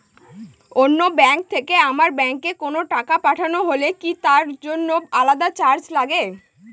অন্য ব্যাংক থেকে আমার ব্যাংকে কোনো টাকা পাঠানো হলে কি তার জন্য আলাদা চার্জ লাগে?